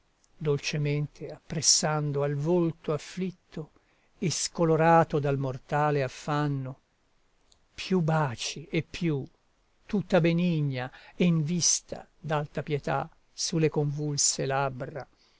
sospiro dolcemente appressando al volto afflitto e scolorato dal mortale affanno più baci e più tutta benigna e in vista d'alta pietà su le convulse labbra